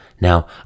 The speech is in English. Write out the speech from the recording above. Now